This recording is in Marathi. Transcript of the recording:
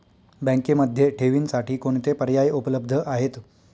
बँकेमध्ये ठेवींसाठी कोणते पर्याय उपलब्ध आहेत?